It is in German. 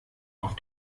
auf